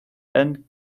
and